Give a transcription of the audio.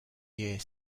year